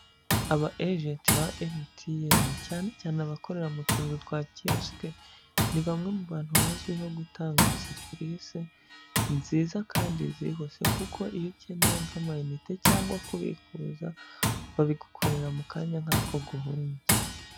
Aba ejenti ba MTN ba cyane cyane abakorera mu tuzu twa kiyosike, ni bamwe mu bantu bazwiho gutanga serivisi nziza kandi zihuse, kuko iyo ukeneye nk'amayinite cyangwa kubikuza, babigukorera mu kanya nk'ako guhumbya.